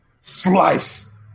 Slice